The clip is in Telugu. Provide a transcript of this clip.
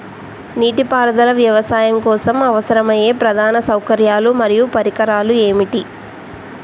నీటిపారుదల వ్యవసాయం కోసం అవసరమయ్యే ప్రధాన సౌకర్యాలు మరియు పరికరాలు ఏమిటి?